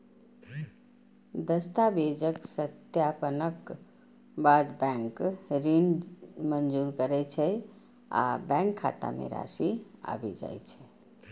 दस्तावेजक सत्यापनक बाद बैंक ऋण मंजूर करै छै आ बैंक खाता मे राशि आबि जाइ छै